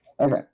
Okay